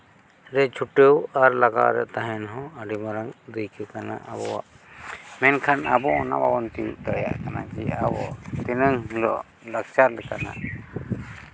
ᱨᱮ ᱪᱷᱩᱴᱟᱹᱣ ᱟᱨ ᱞᱟᱜᱟᱣ ᱨᱮ ᱛᱟᱦᱮᱱ ᱦᱚᱸ ᱟᱹᱰᱤ ᱢᱟᱨᱟᱝ ᱫᱟᱹᱭᱠᱟᱹ ᱠᱟᱱᱟ ᱟᱵᱚᱣᱟᱜ ᱢᱮᱱᱠᱷᱟᱱ ᱟᱵᱚ ᱚᱱᱟ ᱵᱟᱵᱚᱱ ᱛᱤᱨᱩᱵᱽ ᱫᱟᱲᱮᱭᱟᱜ ᱠᱟᱱᱟ ᱡᱮ ᱟᱵᱚ ᱫᱤᱱᱟᱹᱢ ᱦᱤᱞᱳᱜ ᱞᱟᱠᱪᱟᱨ ᱞᱮᱠᱟᱱᱟᱜ